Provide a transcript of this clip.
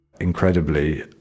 Incredibly